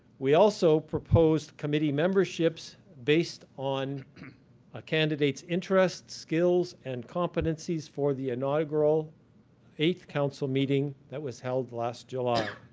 we also proposed committee memberships based on a candidate's interest, skills and competencies competencies for the inaugural eighth council meeting that was held last july.